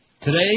Today